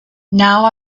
now